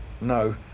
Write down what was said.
No